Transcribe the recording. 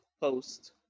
Post